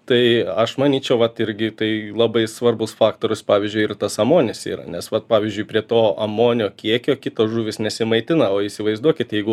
tai aš manyčiau vat irgi tai labai svarbus faktorius pavyzdžiui ir tas amonis yra nes vat pavyzdžiui prie to amonio kiekio kitos žuvys nesimaitina o įsivaizduokit jeigu